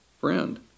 friend